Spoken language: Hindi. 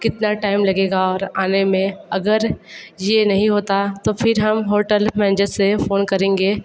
कितना टाइम लगेगा और आने में अगर ये नहीं होता तो फिर हम होटल मैनजर से फोन करेंगे